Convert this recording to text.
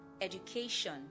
education